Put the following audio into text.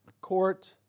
court